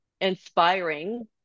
inspiring